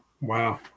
Wow